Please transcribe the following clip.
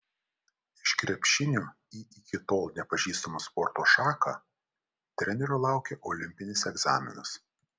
iš krepšinio į iki tol nepažįstamą sporto šaką trenerio laukia olimpinis egzaminas